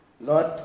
Lord